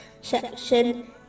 section